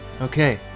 Okay